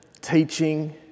teaching